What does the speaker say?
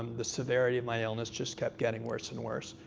um the severity of my illness just kept getting worse and worse.